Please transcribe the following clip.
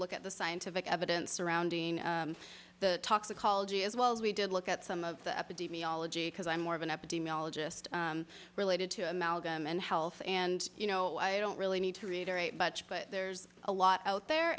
look at the scientific evidence surrounding the toxicology as well as we did look at some of the epidemiology because i'm more of an epidemiologist related to amalgam and health and you know i don't really need to reiterate much but there's a lot out there